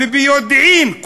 וביודעין,